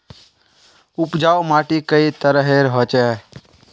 उपजाऊ माटी कई तरहेर होचए?